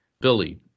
Billy